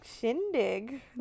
shindig